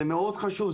זה מאוד חשוב,